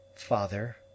Father